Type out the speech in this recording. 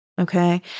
okay